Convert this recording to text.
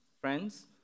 friends